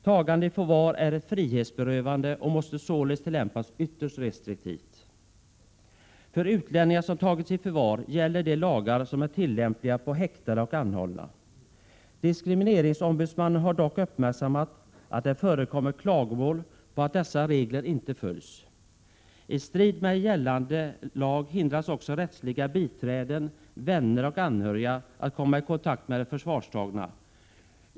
Tagande i förvar är ett frihetsberövande och måste således tillämpas ytterst restriktivt. För utlänningar som tagits i förvar gäller de lagar som är tillämpliga på häktade och anhållna. Diskrimineringsombudsmannen har dock uppmärksammat att det förekommer klagomål på att dessa regler inte följs. I strid med gällande lag hindras också rättsliga biträden, vänner och anhöriga att komma i kontakt med de förvarstagna.